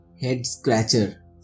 head-scratcher